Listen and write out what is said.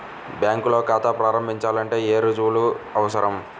బ్యాంకులో ఖాతా ప్రారంభించాలంటే ఏ రుజువులు అవసరం?